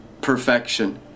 perfection